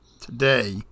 today